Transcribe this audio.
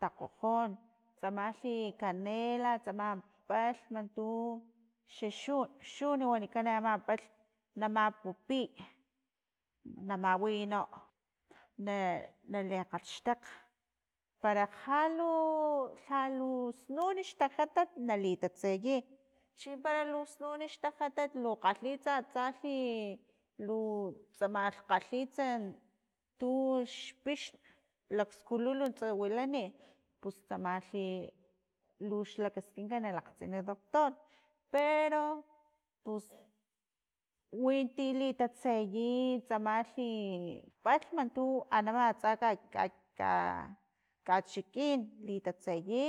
takgojon tsamalhi canela tsama palhma tu xaxun xun wanikan ama palhm na mapupiy na mawiyno na- nale kgalhxtakg pero jalu jalu snun xtajatat nalitatseyi chimpara snun xtajatat lu kgalhitsa atsalhi lu tsama kgalhitsa tux pix lakskululunts wilani pus tsamalhi lus lakaskintsa na lakgtsints doctor pero pus, winti litatseyi tsamalhi palhma tu lama atsa ka- ka- ka- kachikin litatseyi.